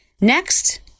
Next